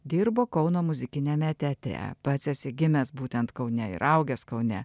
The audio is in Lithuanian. dirbo kauno muzikiniame teatre pats esi gimęs būtent kaune ir augęs kaune